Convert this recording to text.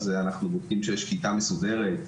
אנחנו בודקים שיש כיתה מסודרת,